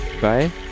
bye